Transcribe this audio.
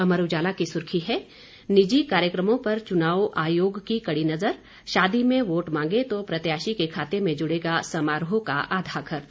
अमर उजाला की सुर्खी है निजी कार्यक्रमों पर चुनाव आयोग की कड़ी नजर शादी में वोट मांगे तो प्रत्याशी के खाते में जुड़ेगा समारोह का आधा खर्च